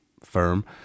firm